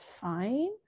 fine